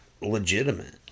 legitimate